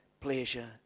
pleasure